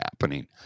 happening